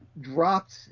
dropped